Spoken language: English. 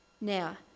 Now